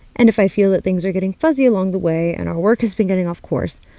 and if i feel that things are getting fuzzy along the way and our work has been getting off course,